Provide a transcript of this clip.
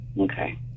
Okay